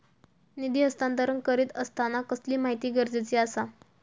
निधी हस्तांतरण करीत आसताना कसली माहिती गरजेची आसा?